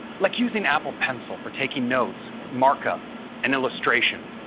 like using apple pencil for taking notes, markup and illustration.